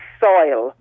soil